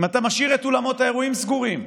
אם אתה משאיר את אולמות האירועים סגורים,